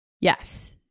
Yes